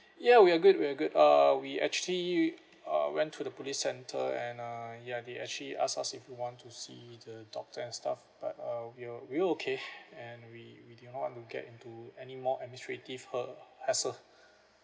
ya we're good we're good uh we actually uh went to the police centre and um ya they actually asked us if we want to see the doctor and stuff but uh we'll~ we'll okay and we we did not want to get into any more administrative ha~ hassle